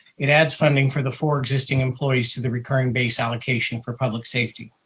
it adds funding for the four existing employees to the recurring base allocation for public safety.